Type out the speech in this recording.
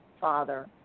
Father